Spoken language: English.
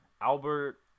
Albert